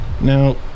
now